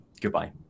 Goodbye